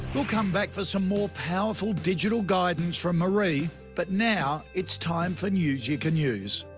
will come back for some more powerful digital guidance from marie, but now, it's time for news you can use.